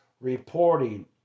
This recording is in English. reporting